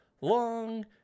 long